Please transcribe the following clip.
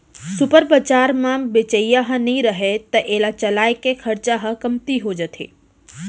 super बजार म बेचइया नइ रहय त एला चलाए के खरचा ह कमती हो जाथे